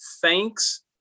thanks